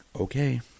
Okay